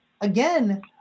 again